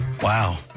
Wow